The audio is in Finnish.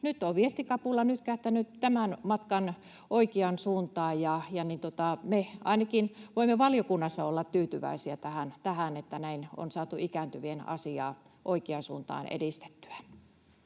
nyt on viestikapula nytkähtänyt tämän matkan oikeaan suuntaan. Ainakin me voimme valiokunnassa olla tyytyväisiä, että näin on saatu ikääntyvien asiaa oikeaan suuntaan edistettyä.